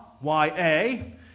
Y-A